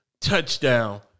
touchdown